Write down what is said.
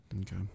Okay